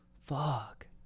fuck